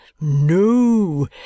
No